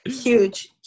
Huge